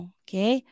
okay